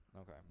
Okay